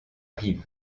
rive